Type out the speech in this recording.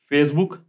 Facebook